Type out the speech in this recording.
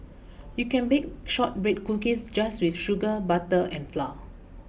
you can bake shortbread cookies just with sugar butter and flour